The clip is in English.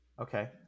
Okay